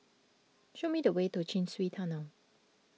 show me the way to Chin Swee Tunnel